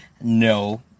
No